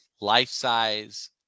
life-size